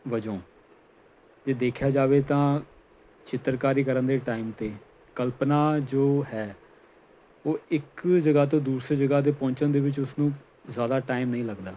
ਵਜੋਂ ਜੇ ਦੇਖਿਆ ਜਾਵੇ ਤਾਂ ਚਿੱਤਰਕਾਰੀ ਕਰਨ ਦੇ ਟਾਈਮ ਅਤੇ ਕਲਪਨਾ ਜੋ ਹੈ ਉਹ ਇੱਕ ਜਗ੍ਹਾ ਤੋਂ ਦੂਸਰੇ ਜਗ੍ਹਾ 'ਤੇ ਪਹੁੰਚਣ ਦੇ ਵਿੱਚ ਉਸਨੂੰ ਜ਼ਿਆਦਾ ਟਾਈਮ ਨਹੀਂ ਲੱਗਦਾ